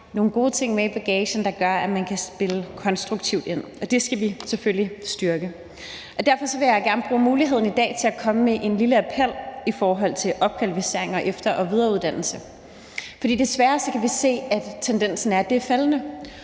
nogle gode ting med i bagagen, der gør, at man kan spille konstruktivt ind, og det skal vi selvfølgelig styrke. Derfor vil jeg gerne bruge muligheden i dag til at komme med en lille appel i forhold til opkvalificering og efter- og videreuddannelse. For desværre kan vi se, at tendensen er, at det er faldende,